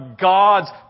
God's